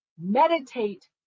meditate